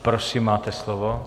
Prosím, máte slovo.